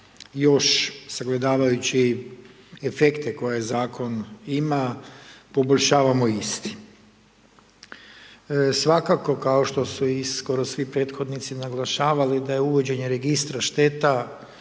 još, sagledavajući efekte koje Zakon ima, poboljšavamo isti. Svakako, kao što su i skoro svi prethodnici naglašavali, da je uvođenje Registra šteta,